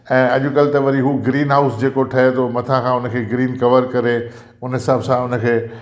ऐं अॼुकल्ह त वरी हू ग्रीन हाउस जेको ठहे थो मथां खां उन खे ग्रीन कवर करे उन हिसाब सां उन खे